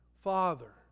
father